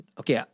okay